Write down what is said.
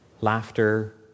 laughter